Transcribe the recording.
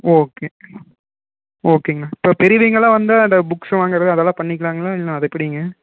ஓ okay ஓகேங்க இப்போ பெரியவங்கள்லாம் வந்தால் அந்த புக்ஸ் வாங்குறது அதெல்லாம் பண்ணிக்கலாம்ங்களா இல்லை அது எப்படிங்க